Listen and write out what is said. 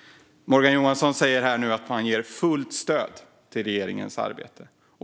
listas nu vilket antal kurder som ska utvisas till Turkiet. Morgan Johansson säger nu att man ger fullt stöd till regeringens arbete.